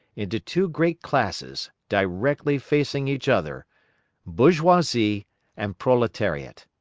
into two great classes, directly facing each other bourgeoisie and proletariat.